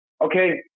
Okay